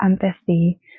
empathy